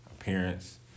appearance